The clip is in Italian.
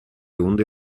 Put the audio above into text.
onde